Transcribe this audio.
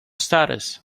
status